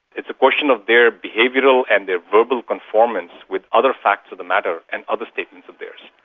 it's a question of their behavioural and their verbal conformance with other facts of the matter and other statements of theirs.